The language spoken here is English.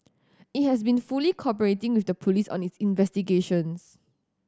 it has been fully cooperating with the police on its investigations